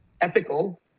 ethical